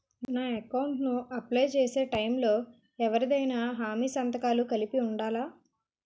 నా అకౌంట్ ను అప్లై చేసి టైం లో ఎవరిదైనా హామీ సంతకాలు కలిపి ఉండలా?